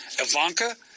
Ivanka